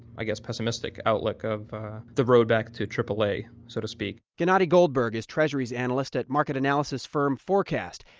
i guess, pessimistic outlook of the road back to aaa, so to speak gennadiy goldberg is treasuries analyst at market analysis firm four cast.